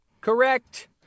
correct